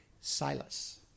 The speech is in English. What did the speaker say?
Silas